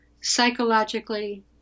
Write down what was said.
psychologically